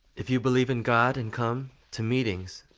if you believe in god and come to meetings,